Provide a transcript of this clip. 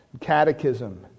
Catechism